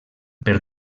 per